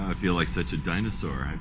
ah feel like such a dinosaur.